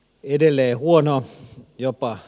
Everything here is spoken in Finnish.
yhdelle huonolle jopa h